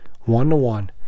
one-to-one